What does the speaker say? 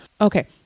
Okay